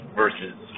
versus